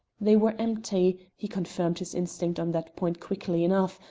they were empty he confirmed his instinct on that point quickly enough,